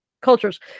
cultures